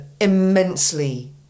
immensely